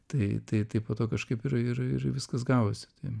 tai tai tai po to kažkaip ir ir ir viskas gavosi tai